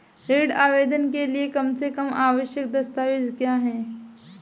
ऋण आवेदन के लिए कम से कम आवश्यक दस्तावेज़ क्या हैं?